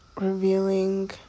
revealing